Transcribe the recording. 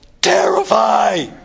terrify